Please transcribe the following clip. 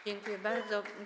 Dziękuję bardzo.